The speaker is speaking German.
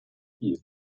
viel